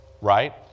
right